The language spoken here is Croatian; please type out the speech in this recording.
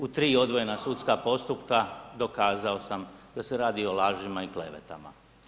U tri odvojena sudska postupka dokazao sam da se radi o lažima i klevetama.